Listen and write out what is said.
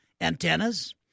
antennas